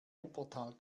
wuppertal